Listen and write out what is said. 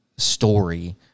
story